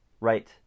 Right